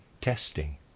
testing